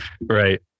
Right